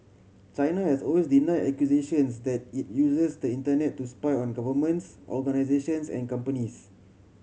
China has always denied accusations that it uses the Internet to spy on governments organisations and companies